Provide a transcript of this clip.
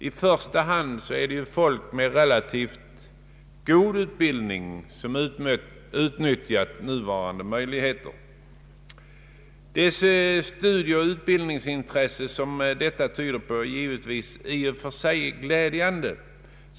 I första hand är det människor med relativt god utbildning som utnyttjar nuvarande möjligheter. Det studieoch utbildningsintresse som detta tyder på är givetvis i och för sig glädjande.